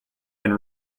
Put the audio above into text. and